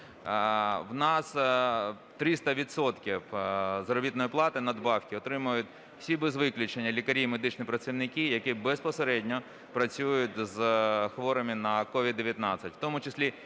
надбавки до заробітної плати отримують всі без виключення лікарі і медичні працівники, які безпосередньо працюють з хворими на COVID-19,